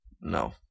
No